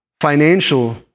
financial